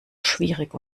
schwierig